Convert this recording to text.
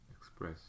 express